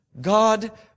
God